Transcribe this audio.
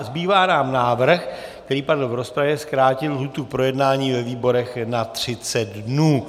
Zbývá nám návrh, který padl v rozpravě zkrátit lhůtu k projednání ve výborech na 30 dnů.